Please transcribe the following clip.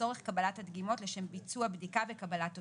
לצורך קבלת הדגימות לשם ביצוע הבדיקה וקבלת תוצאות.